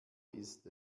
ist